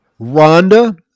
Rhonda